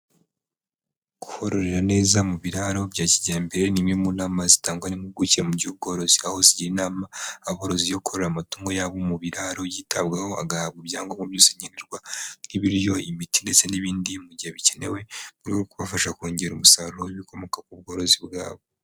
Kurorera neza mu biraro bya kijyambere, ni imwe mu nama zitangwa n'impuguke mu by'ubworozi, aho zigira inama aborozi yo kurorera amatungo yabo mu biraro, yitabwaho, agahabwa ibyangombwa byose nkenerwa, nk'iryo, imiti, ndetse n'ibindi mu gihe bikenewe, mu rwego rwo kubafasha kongera umusaruro w'ibikomoka ku bworozi bwabo.